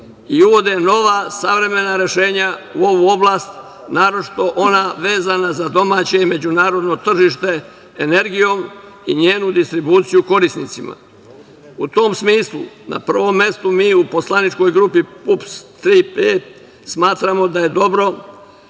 i uvode nova savremena rešenja u ovu oblast, naročito ona vezana za domaće i međunarodno tržište energijom i njenu distribuciju korisnicima.U tom smislu na prvom mestu mi u poslaničkoj grupi PUPS – „Tri P“ smatramo da je dobro